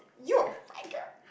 you're right girl